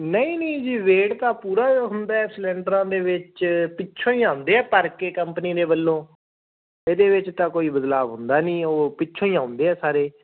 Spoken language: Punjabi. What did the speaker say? ਨਹੀਂ ਨਹੀਂ ਜੀ ਵੇਟ ਤਾਂ ਪੂਰਾ ਹੁੰਦਾ ਸਲੰਡਰਾਂ ਦੇ ਵਿੱਚ ਪਿੱਛੋਂ ਹੀ ਆਉਂਦੇ ਆ ਭਰ ਕੇ ਕੰਪਨੀ ਦੇ ਵੱਲੋਂ ਇਹਦੇ ਵਿੱਚ ਤਾਂ ਕੋਈ ਬਦਲਾਵ ਹੁੰਦਾ ਨਹੀਂ ਉਹ ਪਿੱਛੋਂ ਹੀ ਆਉਂਦੇ ਆ ਸਾਰੇ